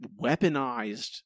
weaponized